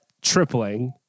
tripling